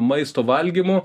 maisto valgymų